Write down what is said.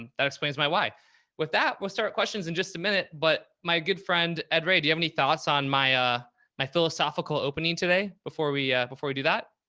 and that explains my why with that. we'll start questions in just a minute, but my good friend, ed, ray, do you have any thoughts on my ah my philosophical opening today before we, before we do that?